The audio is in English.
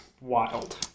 Wild